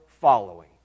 following